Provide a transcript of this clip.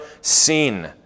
seen